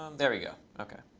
um there we go. ok.